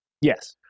Yes